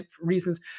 reasons